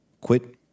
Quit